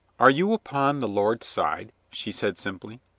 are you upon the lord's side? she said simply.